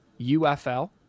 UFL